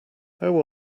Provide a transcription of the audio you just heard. how